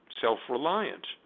self-reliant